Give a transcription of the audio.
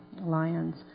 lions